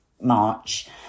march